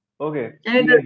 Okay